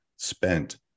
spent